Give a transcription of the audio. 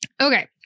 Okay